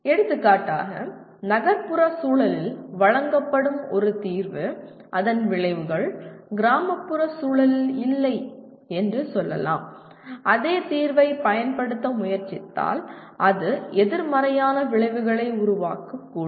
எடுத்துக்காட்டாக நகர்ப்புற சூழலில் வழங்கப்படும் ஒரு தீர்வு அதன் விளைவுகள் கிராமப்புற சூழலில் இல்லை என்று சொல்லலாம் அதே தீர்வைப் பயன்படுத்த முயற்சித்தால் அது எதிர்மறையான விளைவுகளை உருவாக்கக்கூடும்